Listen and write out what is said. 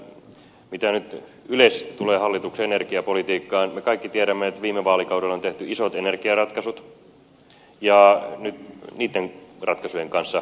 mitä nyt yleisesti tulee hallituksen energiapolitiikkaan me kaikki tiedämme että viime vaalikaudella on tehty isot energiaratkaisut ja nyt niitten ratkaisujen kanssa eletään